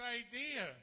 idea